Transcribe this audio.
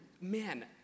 man